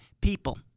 people